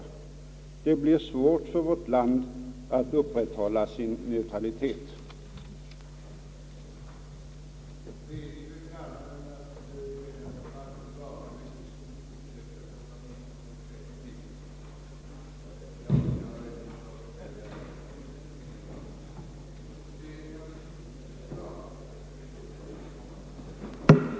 Undertecknad anhåller härmed om ledighet från riksdagsarbetet för tiden den 3—den 18 november för bevistande av Förenta Nationernas generalförsamling. Härmed får jag anhålla om ledighet från riksdagsarbetet under tiden den 7—den 10 november 1966 för att deltaga i Europarådets juridiska utskotts sammanträde på Malta.